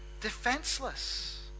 Defenseless